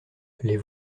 les